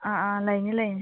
ꯑꯥ ꯑꯥ ꯂꯩꯅꯤ ꯂꯩꯅꯤ